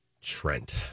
Trent